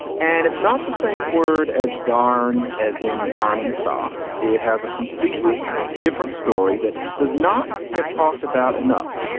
and it's not the same word as darn as in darning socks. it has a completely different story that does not get talked about enough.